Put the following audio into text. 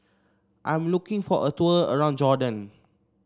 I'm looking for a tour around Jordan